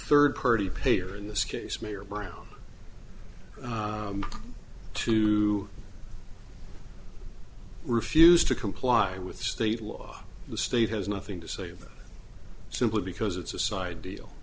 third party payer in this case mayor brown to refuse to comply with state law the state has nothing to say about simply because it's a side deal